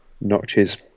notches